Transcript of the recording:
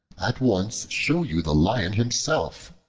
at once show you the lion himself.